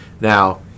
Now